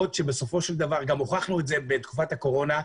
בסופו של דבר גם הוכחנו את זה בתקופת הקורונה,